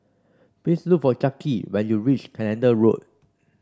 please look for Jacki when you reach Canada Road